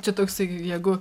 čia toksai jeigu